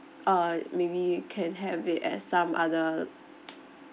uh maybe you can have it at some other